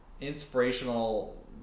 inspirational